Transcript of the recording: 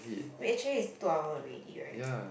wait actually is two hour already right